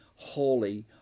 Holy